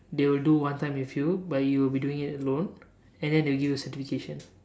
they will do one time with you but you will be doing it alone and then they will give you a certification